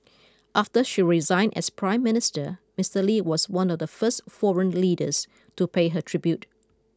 after she resigned as Prime Minister Mister Lee was one of the first foreign leaders to pay her tribute